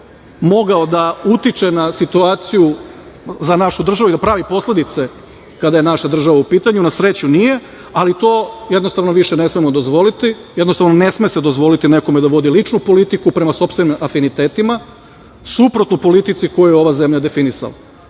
je mogao da utiče na situaciju za našu državu i da pravi posledice kada je naša država u pitanju. Na sreću, nije. Ali, to, jednostavno, više ne smemo dozvoliti. Jednostavno, ne sme se dozvoliti nekome da vodi ličnu politiku, prema sopstvenim afinitetima, suprotnu politici koju je ova zemlja definisala.